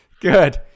Good